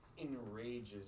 enrages